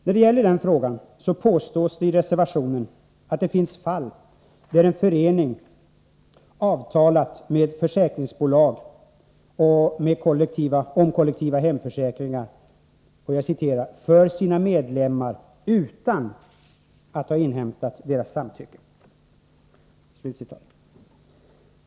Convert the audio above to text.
När det gäller den frågan påstås det i reservationen att det finns fall där en förening ”avtalat med försäkringsbolag om kollektiva hemförsäkringar för sina medlemmar utan ha inhämtat deras samtycke”.